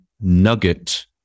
Nugget